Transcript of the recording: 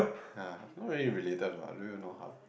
!huh! not really related lah I don't know even how